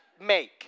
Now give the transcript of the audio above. make